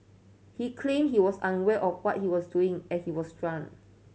he claimed he was unaware of what he was doing as he was drunk